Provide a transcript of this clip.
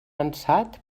ansat